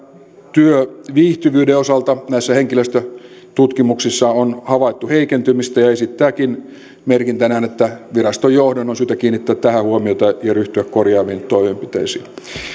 työviihtyvyyden osalta näissä henkilöstötutkimuksissa on havaittu heikentymistä ja esittääkin merkintänään että viraston johdon on syytä kiinnittää tähän huomiota ja ryhtyä korjaaviin toimenpiteisiin